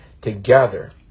together